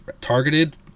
targeted